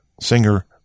Singer